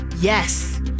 Yes